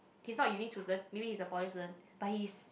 he's not maybe is a poly student but he's